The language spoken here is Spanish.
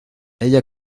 ella